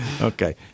Okay